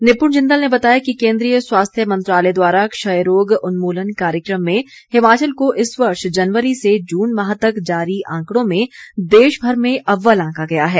निपुण जिंदल ने बताया कि केंद्रीय स्वास्थ्य मंत्रालय द्वारा क्षय रोग उन्मूलन कार्यक्रम में हिमाचल को इस वर्ष जनवरी से जून माह तक जारी आंकड़ों में देशभर में अव्वल आंका गया है